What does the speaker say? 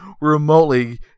remotely